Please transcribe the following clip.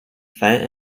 falle